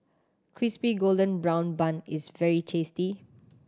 Crispy Golden Brown Bun is very tasty